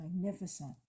magnificent